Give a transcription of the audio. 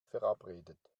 verabredet